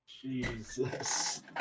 Jesus